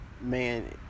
man